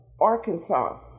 Arkansas